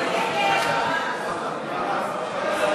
ההסתייגות של קבוצת סיעת